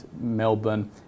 Melbourne